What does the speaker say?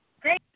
Great